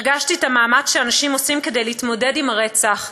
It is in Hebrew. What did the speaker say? הרגשתי את המאמץ שאנשים עושים כדי להתמודד עם הרצח,